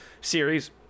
series